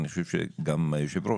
אני חושב שגם היושב ראש.